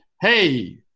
Hey